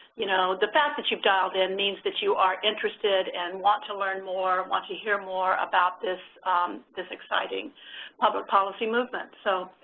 you know the fact that you've dialed in means that you are interested and want to learn more, want to hear more about this this exciting public policy movement. so,